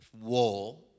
war